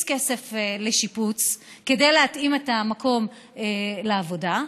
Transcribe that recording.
כסף על שיפוץ כדי להתאים את המקום לעבודה,